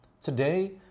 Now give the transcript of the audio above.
Today